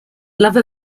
love